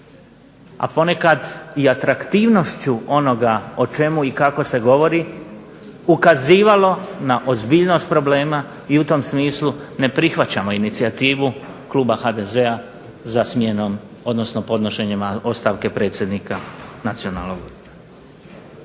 a ponekad i atraktivnošću onoga o čemu i kako se govori ukazivalo na ozbiljnost problema. I u tom smislu ne prihvaćamo inicijativu kluba HDZ-a za smjenom, odnosno podnošenje ostavka predsjednika Nacionalnog vijeća.